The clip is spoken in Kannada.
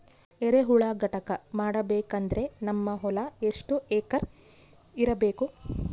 ಎರೆಹುಳ ಘಟಕ ಮಾಡಬೇಕಂದ್ರೆ ನಮ್ಮ ಹೊಲ ಎಷ್ಟು ಎಕರ್ ಇರಬೇಕು?